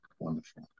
Wonderful